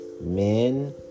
Men